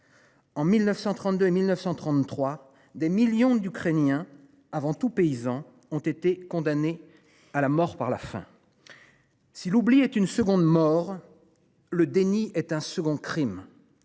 En 1932 1933, des millions d'Ukrainiens avant tout paysans ont été condamnés à la mort par la fin. Si l'oubli est une seconde mort. Le déni est un second Crime.